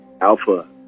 alpha